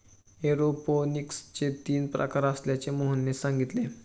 एरोपोनिक्सचे तीन प्रकार असल्याचे मोहनने सांगितले